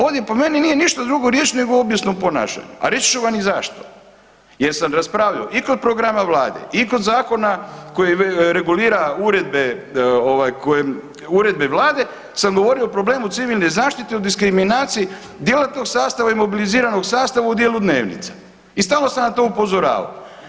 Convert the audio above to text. Ovdje po meni nije ništa drugo riješit nego obijesno ponašanje, a reći ću vam i zašto jer sam raspravljao i kod programa vlade i kod zakona koji regulira uredbe ovaj kojem, uredbe vlade, sam govorio o problemu civilne zaštite i o diskriminaciji djelatnog sastava i mobiliziranog sastava u dijelu dnevnica i stalno sam na to upozoravao.